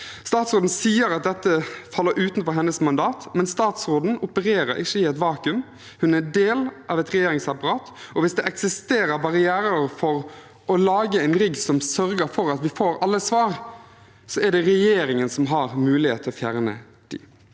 Statsråden sier at dette faller utenfor hennes mandat, men statsråden opererer ikke i et vakuum, hun er del av et regjeringsapparat, og hvis det eksisterer barrierer for å lage en rigg som sørger for at vi får alle svar, er det regjeringen som har mulighet til å fjerne dem.